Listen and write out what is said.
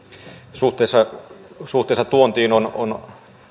suhteessa suhteessa tuontiin on on